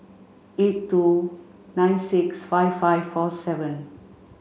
eight two nine six five five four seven